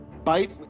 Bite